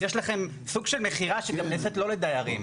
יש לכם סוג של מכירה שגם נעשית לא לדיירים,